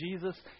Jesus